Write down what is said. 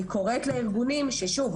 אני קוראת מפה לארגונים ששוב,